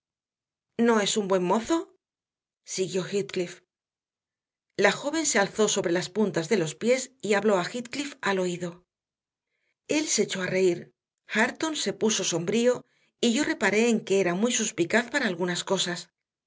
no es un buen mozo siguió heathcliff la joven se alzó sobre las puntas de los pies y habló a heathcliff al oído el se echó a reír hareton se puso sombrío y yo reparé en que era muy suspicaz para algunas cosas